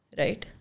right